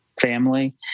family